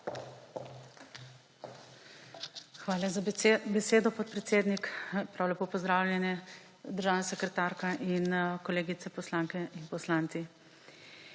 Hvala za besedo, podpredsednik. Prav lepo pozdravljeni, državna sekretarka in kolegice poslanke in kolegi